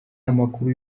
amakuru